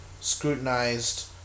scrutinized